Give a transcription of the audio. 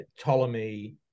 Ptolemy